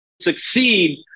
succeed